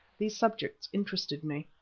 these subjects interested me.